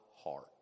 heart